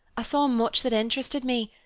i saw much that interested me,